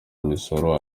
imisoro